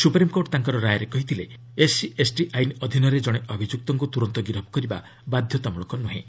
supreme court ତାଙ୍କର ରାୟରେ କହିଥିଲେ ଏସ୍ସିଏସ୍ଟି ଆଇନ ଅଧୀନରେ ଜଣେ ଅଭିଯୁକ୍ତଙ୍କୁ ତୁରନ୍ତ ଗିରଫ କରିବା ବାଧ୍ୟତାମୂଳକ ନୁହେଁ